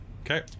Okay